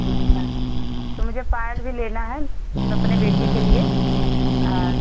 अच्छा तो मुझे पायल भी लेना है अपनी बेटी के लिए और